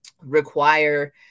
require